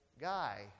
guy